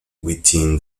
within